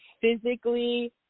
physically